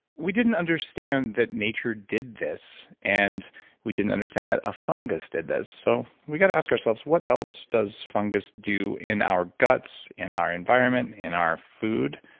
we didn't understand that nature did this and we didn't understand that a fungus did this so we got to ask ourselves, what else does fungus do in our guts, in our environment, in our food?